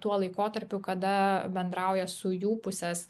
tuo laikotarpiu kada bendrauja su jų pusės